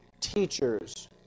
teachers